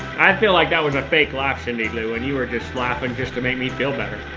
i feel like that was a fake laugh, cindy lou, and you were just laughing just to make me feel better.